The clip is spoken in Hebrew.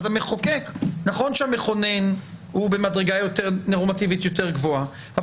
נכון שהמכונן הוא במדרגה נורמטיבית יותר גבוהה אבל